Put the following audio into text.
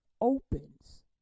opens